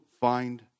find